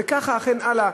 וכך הלאה.